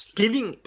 giving